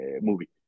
movie